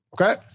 Okay